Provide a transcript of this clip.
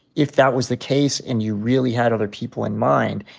if that was the case, and you really had other people in mind,